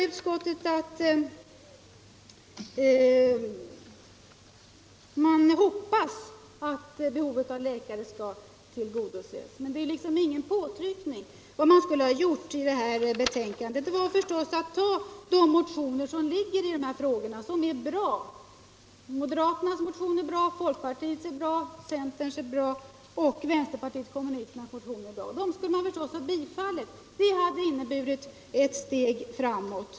Utskottet bara hoppas att behovet av läkare skall tillgodoses, men det är liksom ingen påtryckning. Utskottet borde förstås ha tillstyrkt de motioner som väckts i de här frågorna och som är bra — moderaternas motion är bra, folkpartiets är bra, centerns är bra och vänsterpartiet kommunisternas är bra. Det hade inneburit ett steg framåt.